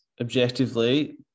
objectively